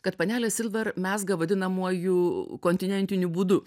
kad panelė silver mezga vadinamuoju kontinentiniu būdu